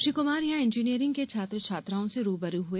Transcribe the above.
श्री कुमार यहां इंजीनियरिंग के छात्र छात्राओं से रूबरू हुए